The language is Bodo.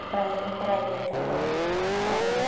फरायै फरायै दाबो